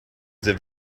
their